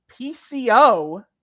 PCO